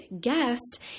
guest